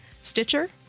Stitcher